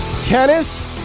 Tennis